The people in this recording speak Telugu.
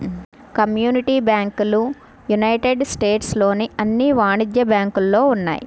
కమ్యూనిటీ బ్యాంకులు యునైటెడ్ స్టేట్స్ లోని అన్ని వాణిజ్య బ్యాంకులలో ఉన్నాయి